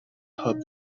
hub